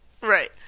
Right